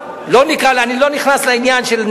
עכשיו אני רוצה להגיד לך,